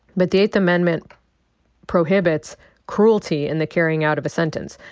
but the eighth amendment prohibits cruelty in the carrying out of a sentence.